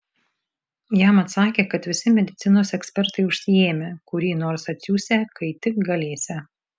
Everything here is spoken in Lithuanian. jam atsakė kad visi medicinos ekspertai užsiėmę kurį nors atsiųsią kai tik galėsią